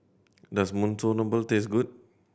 does Monsunabe taste good